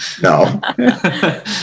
No